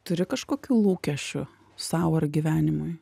turi kažkokių lūkesčių sau ar gyvenimui